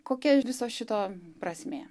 kokia viso šito prasmė